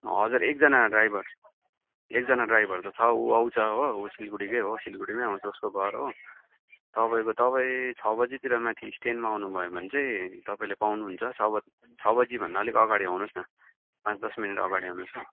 हजुर एकजना ड्राइभर एकजना ड्राइभर त छ ऊ आउँछ हो ऊ सिलगढीकै हो सिलगढीमै आउँछ उसको घर हो तपाईँको तपाईँ छ बजीतिर माथि स्ट्यान्डमा आउनुभयो भने चाहिँ तपाईँले पाउनुहुन्छ तपाईँ छ बजी छ बजीभन्दा अलिक अगाडि आउनुहोस् न पाँच दस मिनट अगाडि आउनुहोस् है